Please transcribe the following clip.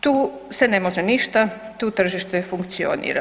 Tu se ne može ništa, tu tržište funkcionira.